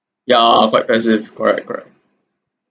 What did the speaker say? ya quite passive correct correct